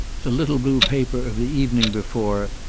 the little blue paper of the evening before,